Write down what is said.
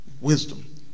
wisdom